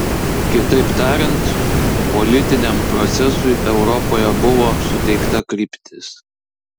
kitaip tariant politiniam procesui europoje buvo suteikta kryptis